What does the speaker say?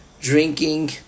drinking